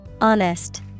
Honest